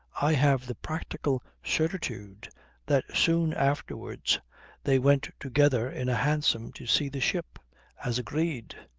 i have the practical certitude that soon afterwards they went together in a hansom to see the ship as agreed.